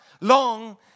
long